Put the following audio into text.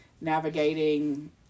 navigating